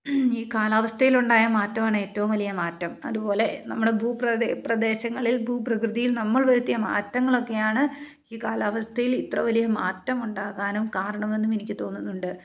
ഈ കാലാവസ്ഥയിലുണ്ടായ മാറ്റമാണേറ്റവും വലിയ മാറ്റം അതുപോലെ നമ്മുടെ ഭൂപ്രദേശം പ്രദേശങ്ങളിൽ ഭൂപ്രകൃതിയിൽ നമ്മൾ വരുത്തിയ മാറ്റങ്ങളൊക്കെയാണ് ഈ കാലാവസ്ഥയിൽ ഇത്ര വലിയ മാറ്റമുണ്ടാകാനും കാരണമെന്നും എനിക്ക് തോന്നുന്നുണ്ട്